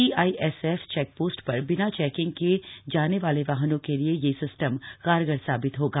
CISF check post र बिना checking के जाने वाले वाहनों के लिए यह सिस्टम कारगर साबित होगा